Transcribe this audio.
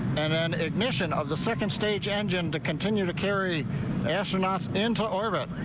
and an admission of the second stage engine to continue to carry astronauts into orbit.